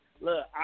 Look